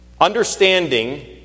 Understanding